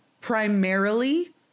primarily